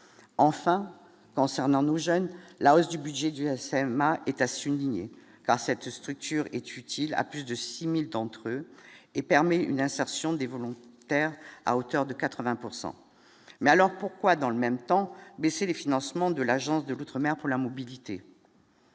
enfin concernant nos jeunes, la hausse du budget du SMA est surveiller par cette structure est utile à plus de 6000 d'entre eux, et permet une insertion des volontés terre à hauteur de 80 pourcent mais alors pourquoi, dans le même temps, baisser les financements de l'Agence de l'outre-mer pour la mobilité.